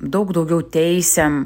daug daugiau teisiam